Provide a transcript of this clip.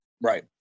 Right